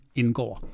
indgår